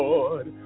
Lord